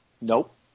Nope